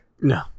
No